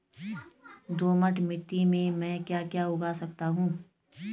दोमट मिट्टी में म ैं क्या क्या उगा सकता हूँ?